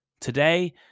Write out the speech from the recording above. Today